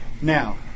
Now